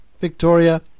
Victoria